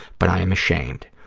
but i am ashamed.